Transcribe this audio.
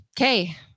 Okay